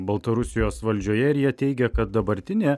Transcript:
baltarusijos valdžioje ir jie teigia kad dabartinė